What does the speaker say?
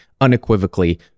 unequivocally